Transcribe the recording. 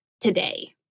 today